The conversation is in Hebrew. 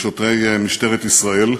לשוטרי משטרת ישראל,